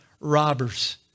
robbers